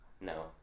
No